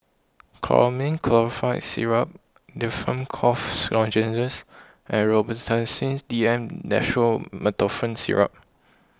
Chlormine Chlorpheniramine Syrup Difflam Cough Lozenges and Robitussin D M Dextromethorphan Syrup